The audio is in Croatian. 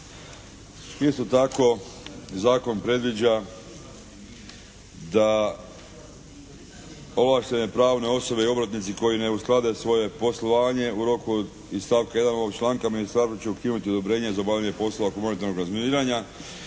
Isto tako, zakon predviđa da ovlaštene pravne osobe i obrtnici koji ne usklade svoje poslovanje u roku iz stavka 1. ovog članka ministarstvo će ukinuti odobrenje za obavljanje poslova humanitarnog razminiranja